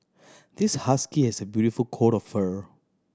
this husky has a beautiful coat of fur